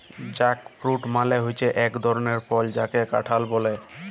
jackfruit মালে হচ্যে এক ধরলের ফল যাকে কাঁঠাল ব্যলে